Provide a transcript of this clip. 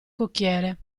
cocchiere